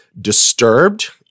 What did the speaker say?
disturbed